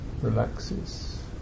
relaxes